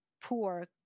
poor